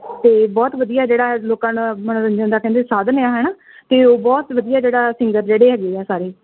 ਅਤੇ ਬਹੁਤ ਵਧੀਆ ਜਿਹੜਾ ਲੋਕਾਂ ਦਾ ਮੰਨੋਰੰਜਨ ਦਾ ਕਹਿੰਦੇ ਸਾਧਨ ਆ ਹੈ ਨਾ ਅਤੇ ਉਹ ਬਹੁਤ ਵਧੀਆ ਜਿਹੜਾ ਸਿੰਗਰ ਜਿਹੜੇ ਹੈਗੇ ਆ ਸਾਰੇ